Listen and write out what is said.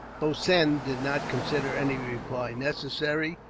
hossein did not consider any reply necessary.